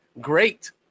great